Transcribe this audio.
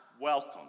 welcome